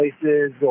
places